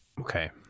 Okay